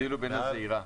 תבדילו בין הזעירה.